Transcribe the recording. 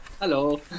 Hello